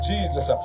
Jesus